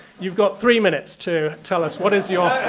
you've got three minutes to tell us what is your